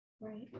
right